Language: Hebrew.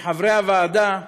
כחברי הוועדה,